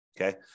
okay